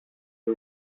the